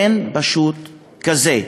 אין פשוט מזה.